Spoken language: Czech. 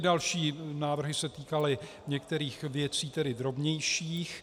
Další návrhy se týkaly některých věcí drobnějších.